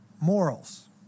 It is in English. morals